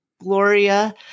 Gloria